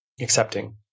accepting